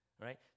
right